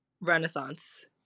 Renaissance